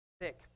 thick